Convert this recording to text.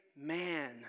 man